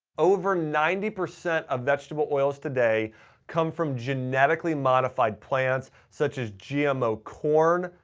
over ninety percent of vegetable oils today come from genetically modified plants such as gmo corn,